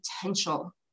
potential